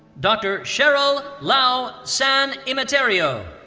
dr. cheryl lau san emeterio.